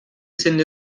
sind